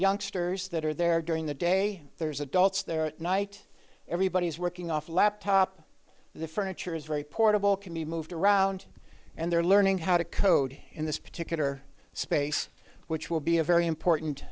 youngsters that are there during the day there's adults there at night everybody is working off a laptop the furniture is very portable can be moved around and they're learning how to code in this particular space which will be a very important